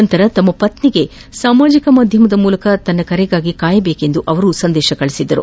ನಂತರ ತಮ್ಮ ಪತ್ನಿಗೆ ಸಾಮಾಜಿಕ ಮಾಧ್ಯಮದ ಮೂಲಕ ತನ್ನ ಕರೆಗಾಗಿ ಕಾಯುವಂತೆ ಸಂದೇಶ ಕಳುಹಿಸಿದ್ದರು